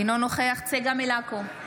אינו נוכח צגה מלקו,